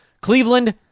Cleveland